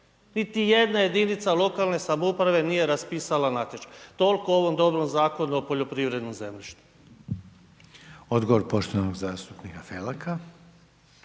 Niti jedna jedinica lokalne samouprave nije raspisala natječaj. Toliko o ovom dobrom Zakonu o poljoprivrednom zemljištu. **Reiner, Željko (HDZ)** Odgovor poštovanog zastupnika Felaka.